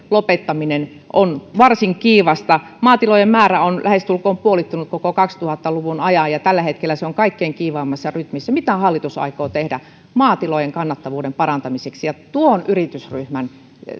lopettaminen on varsin kiivasta maatilojen määrä on lähestulkoon puolittunut koko kaksituhatta luvun ajan ja tällä hetkellä se on kaikkein kiivaimmassa rytmissä mitä hallitus aikoo tehdä maatilojen kannattavuuden parantamiseksi ja tuon yritysryhmän